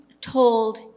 told